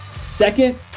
second